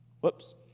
Whoops